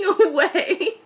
away